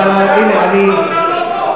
בתקציב שר האוצר לא פה.